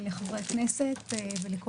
לחברי הכנסת ולכל